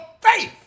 faith